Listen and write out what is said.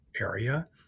area